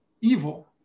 evil